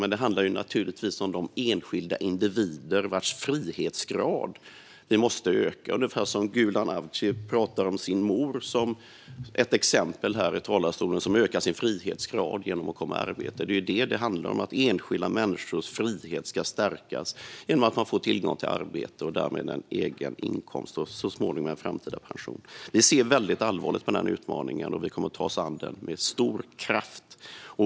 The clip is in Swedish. Men det handlar naturligtvis om de enskilda individer vars frihetsgrad vi måste öka, ungefär som Gulan Avci som ett exempel i talarstolen talade om sin mor som ökade sin frihetsgrad genom att komma i arbete. Det är det som det handlar om, alltså att enskilda människors frihet ska öka genom att de får tillgång till arbete och därmed en egen inkomst och så småningom en pension. Vi ser mycket allvarligt på denna utmaning, och vi kommer att ta oss an den med stor kraft.